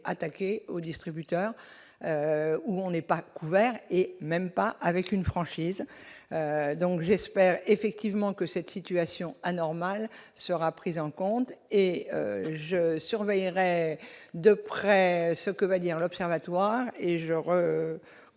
attaqué aux distributeurs où on n'est pas couvert et même pas avec une franchise, donc j'espère effectivement que cette situation anormale sera prise en compte et je surveillerait de près ce que va dire l'observatoire et je